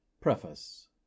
Preface